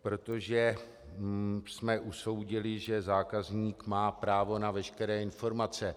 Protože jsme usoudili, že zákazník má právo na veškeré informace.